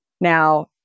Now